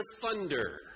thunder